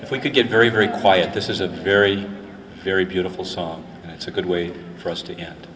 if we could get very very quiet this is a very very beautiful song and it's a good way for us to get